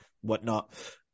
whatnot